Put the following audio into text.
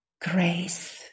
grace